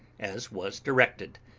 as was directed.